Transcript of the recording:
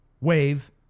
wave